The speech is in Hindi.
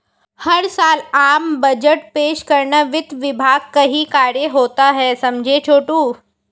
हर साल आम बजट पेश करना वित्त विभाग का ही कार्य होता है समझे छोटू